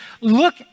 look